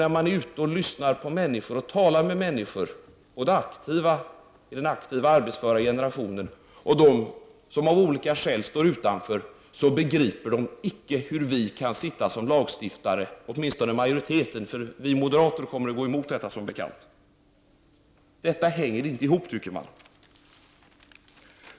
När man är ute och lyssnar på människor och talar med dem — såväl människor ur den aktiva, arbetsföra generationen som människor som av olika skäl står utanför arbetsmarknaden — begriper de icke, åtminstone inte majoriteten, hur vi kan lagstifta om någonting sådant. Vi moderater kommer som bekant att gå emot detta förslag. Folk tycker inte att detta hänger ihop.